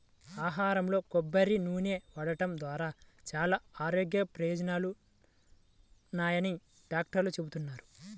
ఆహారంలో కొబ్బరి నూనె వాడటం ద్వారా చాలా ఆరోగ్య ప్రయోజనాలున్నాయని డాక్టర్లు చెబుతున్నారు